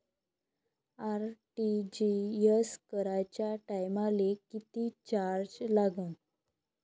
RTGS कराच्या टायमाले किती चार्ज लागन?